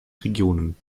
regionen